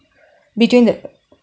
between the